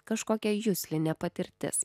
kažkokia juslinė patirtis